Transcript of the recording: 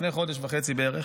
לפני חודש וחצי בערך,